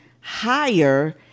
higher